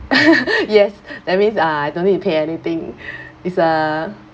yes that means uh I don't need to pay anything it's a